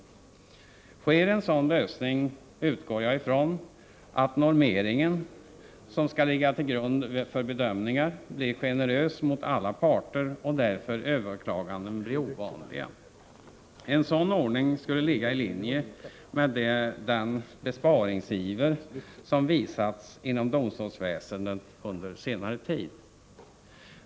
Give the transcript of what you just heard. Åstadkommes en sådan lösning utgår jag ifrån att normeringen, som skall ligga till grund för bedömningar, blir generös mot alla parter och att överklaganden därför blir ovanliga. En sådan ordning skulle ligga i linje med den besparingsiver som visats inom domstolsväsendet under senare tid.